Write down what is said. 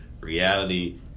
reality